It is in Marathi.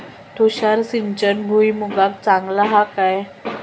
तुषार सिंचन भुईमुगाक चांगला हा काय?